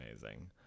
amazing